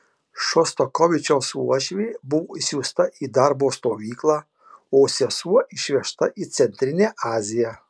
šostakovičiaus uošvė buvo išsiųsta į darbo stovyklą o sesuo išvežta į centrinę aziją